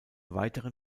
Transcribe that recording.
weiteren